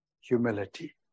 humility